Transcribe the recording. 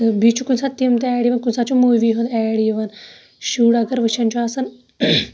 تہٕ بیٚیہِ چھُ کُنہِ ساتہٕ تِم تہِ ایڈ یِوان کُنہِ ساتہٕ چھُ موٗوی ہُند ایڈ یِوان شُر اگر وٕچھان چھُ آسان